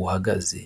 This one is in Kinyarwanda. uhagaze.